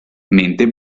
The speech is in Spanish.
mente